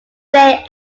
day